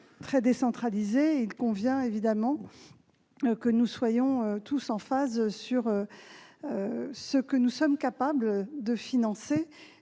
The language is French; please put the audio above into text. très décentralisée, il faut que nous soyons tous en phase sur ce que nous sommes capables de financer.